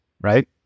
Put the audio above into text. right